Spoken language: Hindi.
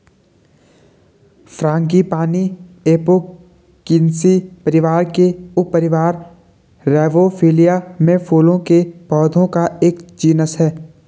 फ्रांगीपानी एपोकिनेसी परिवार के उपपरिवार रौवोल्फिया में फूलों के पौधों का एक जीनस है